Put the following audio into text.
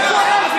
בושה.